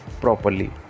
properly